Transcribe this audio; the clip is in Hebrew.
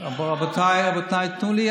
קנביס רפואי, רבותיי, רבותיי, תנו לי.